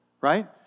right